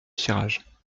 cirage